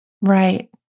Right